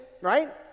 right